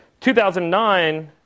2009